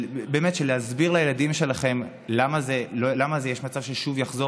של להסביר לילדים שלהם למה יש מצב ששוב יחזור